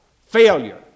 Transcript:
failure